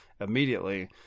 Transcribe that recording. immediately